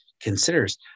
considers